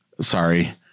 Sorry